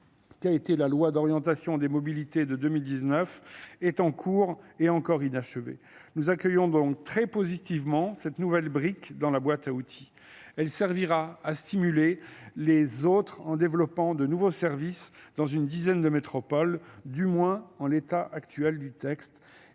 qu'a été la loi d'orientation des mobilités de deux mille dix neuf est en cours encore inachevée nous accueillons donc très positivement cette nouvelle brique dans la boîte à outils elle servira à stimuler les autres en développant de nouveaux services dans une dizaine de métropoles, du moins en l'état actuel du texte